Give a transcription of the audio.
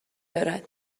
دارد